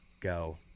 go